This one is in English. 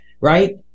right